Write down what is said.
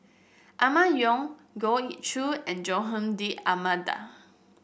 Emma Yong Goh Ee Choo and Joaquim D'Almeida